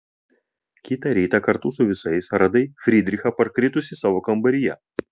kitą rytą kartu su visais radai frydrichą parkritusį savo kambaryje